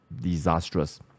disastrous